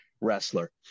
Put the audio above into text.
wrestler